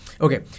okay